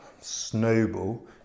snowball